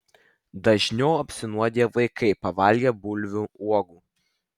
dažniau apsinuodija vaikai pavalgę bulvių uogų